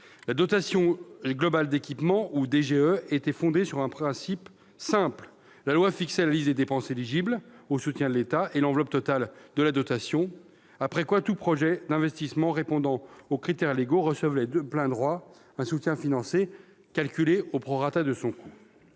La dotation globale d'équipement, ou DGE, était fondée sur un principe simple : la loi fixait la liste des dépenses éligibles au soutien de l'État et l'enveloppe totale de la dotation, après quoi tout projet d'investissement répondant aux critères légaux recevait de plein droit un soutien financier calculé au prorata de son coût.